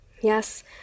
Yes